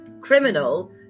criminal